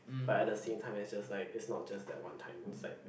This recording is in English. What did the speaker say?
but at the same time it's just like it's not just that one time it's like